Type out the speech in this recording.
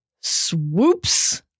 Swoops